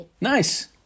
Nice